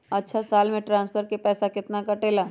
अछा साल मे ट्रांसफर के पैसा केतना कटेला?